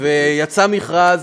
ויצא מכרז